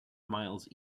miles